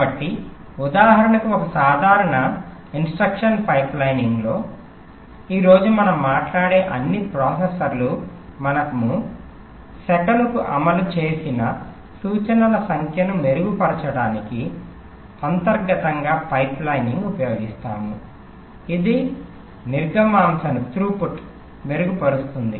కాబట్టి ఉదాహరణకు ఒక సాధారణ ఇన్స్ట్రక్షన్ పైప్లైనింగ్లో ఈ రోజు మనం మాట్లాడే అన్ని ప్రాసెసర్లు మనము సెకనుకు అమలు చేసిన సూచనల సంఖ్యను మెరుగుపరచడానికి అంతర్గతంగా పైప్లైనింగ్ను ఉపయోగిస్తాయి ఇది నిర్గమాంశను మెరుగుపరుస్తుంది